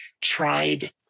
tried